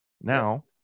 Now